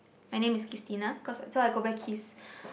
my name is Qistina cause so I go by Qis